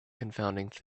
confounded